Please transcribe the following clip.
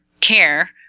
care